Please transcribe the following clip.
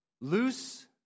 Loose